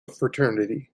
fraternity